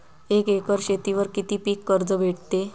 एक एकर शेतीवर किती पीक कर्ज भेटते?